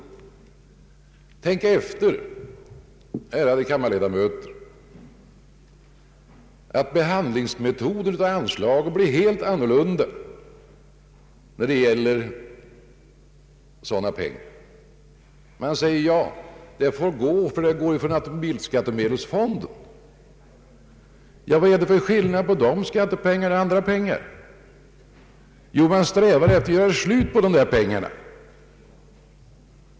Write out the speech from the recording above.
Betänk, ärade kammarledamöter, att behandlingsmetoden när det gäller anslag blir helt annorlunda vid specialdestination. Man säger: Ja, det får gå därför att det går ju från automobilskattemedelsfonden. Vad är det för skillnad på dessa pengar och andra pengar? Jo, man strävar efter att göra slut på dem.